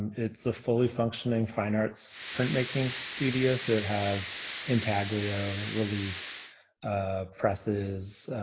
it's a fully-functioning fine arts printmaking studio. so it has intaglio, relief presses.